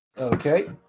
Okay